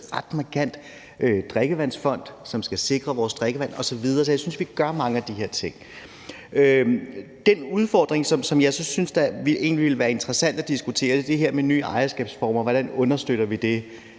vedtaget en ret markant drikkevandsfond, som skal sikre vores drikkevand osv. Så jeg synes, vi gør mange af de her ting. Den udfordring, som jeg så synes det egentlig ville være interessant at diskutere, er det her med nye ejerskabsformer, og hvordan vi understøtter det.